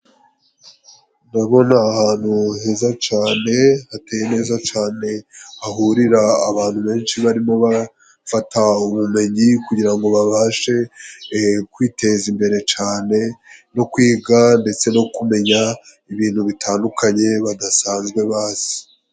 Ndabona ahantu heza cyane, hateye neza cyane, hahurira abantu benshi barimo bafata ubumenyi, kugirango ngo babashe kwiteza imbere cyane no kwiga, ndetse no kumenya ibintu bitandukanye badasanzwe bazi.